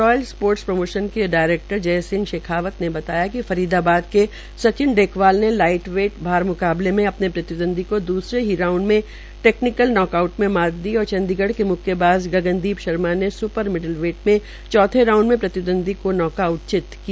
royal sports promotion के director Jai Singh Shekhawat ने बताया कि फरीदाबाद के सचिवन ने लाईटवेट म्काबले अपने प्रतिद्वव्दवी को दूसरे राउंड में टैक्नीकल नोट आउट में मात दी और चंडीगढ़ के मुक्केबाज़ गगनदीप शर्मा ने सुपर मिडल वेट मे चौथे राउंड में प्रतिद्वव्दवी को नॉक आउट चित किया